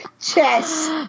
chess